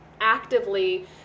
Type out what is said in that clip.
actively